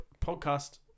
podcast